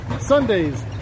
Sundays